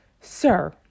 sir